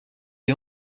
des